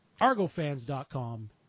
ArgoFans.com